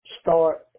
start